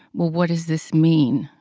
what does this mean?